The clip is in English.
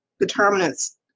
determinants